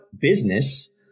business